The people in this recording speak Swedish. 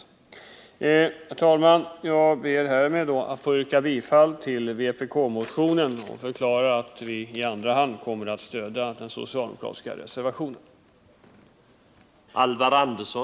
Herr talman! Jag ber härmed att få yrka bifall till vpk-motionen. I andra hand kommer vi att stödja den socialdemokratiska reservationen.